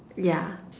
yeah